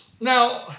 Now